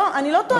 אני לא טוענת,